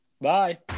bye